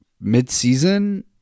mid-season